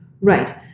Right